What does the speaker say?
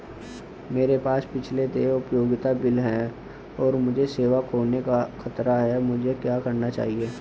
मेरे पास पिछले देय उपयोगिता बिल हैं और मुझे सेवा खोने का खतरा है मुझे क्या करना चाहिए?